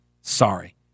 Sorry